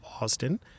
Austin